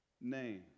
name